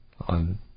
on